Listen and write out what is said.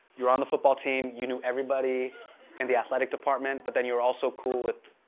you're on the football team. you knew everybody in the athletic department. but then you're also cool with,